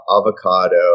avocado